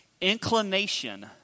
Inclination